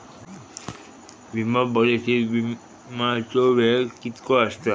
विमा पॉलिसीत विमाचो वेळ कीतको आसता?